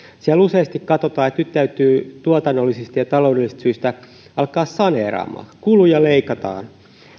siellä useasti katsotaan että nyt täytyy tuotannollisista ja taloudellisista syistä alkaa saneeraamaan kuluja leikataan